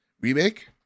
remake